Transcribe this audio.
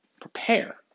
prepare